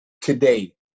today